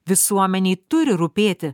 visuomenei turi rūpėti